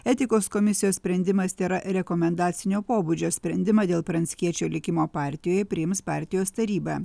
etikos komisijos sprendimas tėra rekomendacinio pobūdžio sprendimą dėl pranckiečio likimo partijoj priims partijos taryba